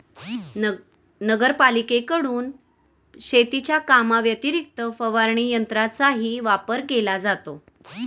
नगरपालिकेकडून शेतीच्या कामाव्यतिरिक्त फवारणी यंत्राचाही वापर केला जातो